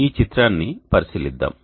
ఇప్పుడు ఈ చిత్రాన్ని పరిశీలిద్దాం